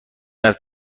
است